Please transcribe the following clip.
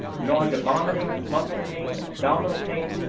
nausea, vomiting, muscle pain, abdominal pain,